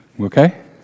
okay